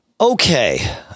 Okay